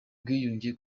bwigunge